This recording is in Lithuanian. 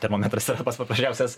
termometras yra pats paprasčiausias